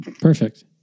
Perfect